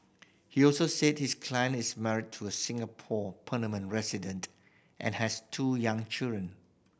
he also said his client is married to a Singapore permanent resident and has two young children